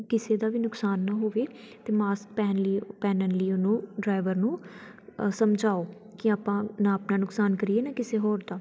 ਕਿਸੇ ਦਾ ਵੀ ਨੁਕਸਾਨ ਨਾ ਹੋਵੇ ਤਾਂ ਮਾਸਕ ਪਹਿਨ ਲਿਓ ਪਹਿਨਣ ਲਈ ਉਹਨੂੰ ਡਰਾਈਵਰ ਨੂੰ ਅ ਸਮਝਾਓ ਕਿ ਆਪਾਂ ਨਾ ਆਪਣਾ ਨੁਕਸਾਨ ਕਰੀਏ ਨਾ ਕਿਸੇ ਹੋਰ ਦਾ